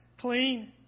clean